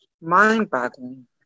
mind-boggling